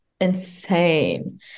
insane